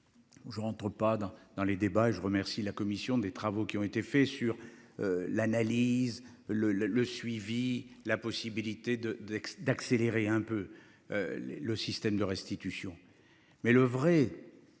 Je rentre pas dans, dans les débats et je remercie la commission des travaux qui ont été faits sur. L'analyse le le le suivi la possibilité de de d'accélérer un peu. Le système de restitution. Mais le vrai.